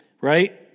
right